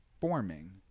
forming